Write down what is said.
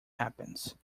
happens